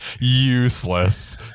useless